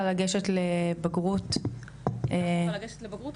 לגשת לבגרות --- הייתה חובה לגשת לבגרות,